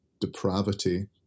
depravity